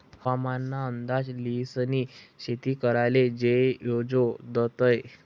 हवामान ना अंदाज ल्हिसनी शेती कराले जोयजे तदय